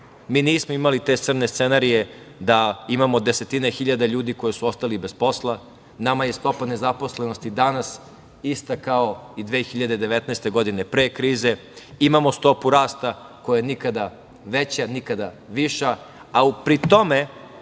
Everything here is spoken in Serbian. Mi nismo imali te crne scenarije da imamo desetine hiljade ljudi koji su ostali bez posla. Nama je stopa nezaposlenosti danas ista kao i 2019. godine pre krize. Imamo stopu rasta koja je nikada veća, nikada viša, a pri tome